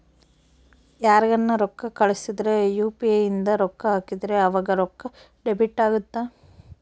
ಯಾರ್ಗನ ರೊಕ್ಕ ಕಳ್ಸಿದ್ರ ಯು.ಪಿ.ಇ ಇಂದ ರೊಕ್ಕ ಹಾಕಿದ್ರ ಆವಾಗ ರೊಕ್ಕ ಡೆಬಿಟ್ ಅಗುತ್ತ